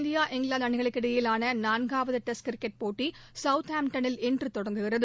India England அணிகளுக்கு இடையிலான நான்காவது டெஸ்ட் கிரிக்கெட் போட்டி சவுத் ஹாம்டனில் இன்று தொடங்குகிறது